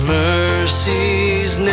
mercies